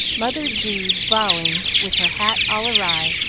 mother g bowing, with her hat all awry,